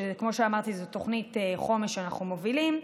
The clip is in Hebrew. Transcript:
שכמו שאמרתי, זו תוכנית חומש שאנחנו מובילים.